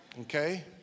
Okay